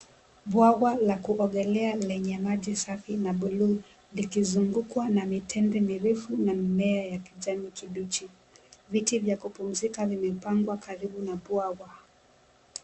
Bwawa la kuogelea lenye maji safi la buluu likizungukwa na mitende mirefu na mimea ya kijani kibichi. Viti vya kupumzika vimepangwa karibu na bwawa.